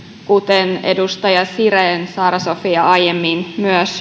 kuten myös edustaja saara sofia siren aiemmin